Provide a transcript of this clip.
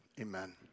Amen